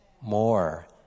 more